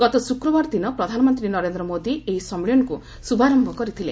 ଗତ ଶୁକ୍ରବାର ଦିନ ପ୍ରଧାନମନ୍ତ୍ରୀ ନରେନ୍ଦ୍ର ମୋଦି ଏହି ସମ୍ମିଳନୀକୁ ଶୁଭାରମ୍ଭ କରିଥିଲେ